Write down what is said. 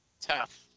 Tough